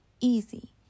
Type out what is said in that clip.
easy